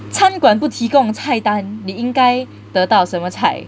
餐馆不提供菜单你应该得到什么菜